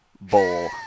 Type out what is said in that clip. bowl